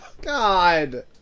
God